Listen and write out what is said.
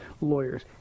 lawyers